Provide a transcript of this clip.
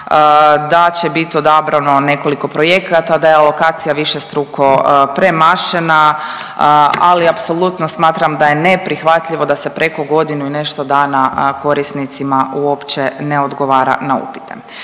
da će biti odabrano nekoliko projekata, da je alokacija višestruko premašena, ali apsolutno smatram da je neprihvatljivo da se preko godinu i nešto dana korisnicima uopće ne odgovara na upite.